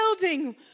building